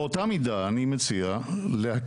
באותה מידה אני מציע להקים